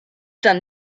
done